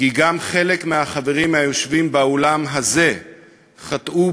כי גם חלק מהחברים היושבים באולם הזה חטאו